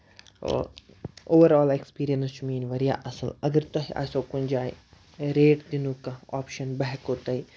او overall experience چھُ میٲنۍ واریاہ اَصٕل اَگر تۄہہِ آسِو کُنہِ جایہِ ریٹ یِنُک کانٛہہ اوٚپشن بہٕ ہیٚکَو تۄہہِ